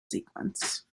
sequence